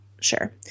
Sure